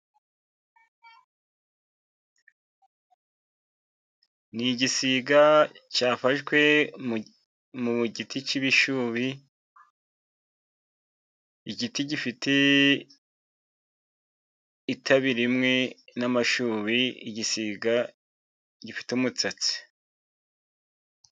Ni igisiga cyafashwe mu giti cy'ibishubi， igiti gifite itabi rimwe n'amashubi，igisiga gifite umusatsi.